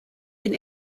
been